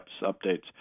updates